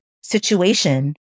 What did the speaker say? situation